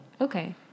Okay